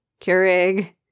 Keurig